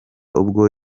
ubwo